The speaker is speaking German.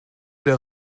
der